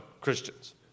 Christians